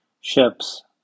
ships